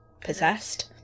possessed